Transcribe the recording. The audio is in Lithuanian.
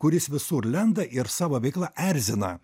kuris visur lenda ir savo veikla erzina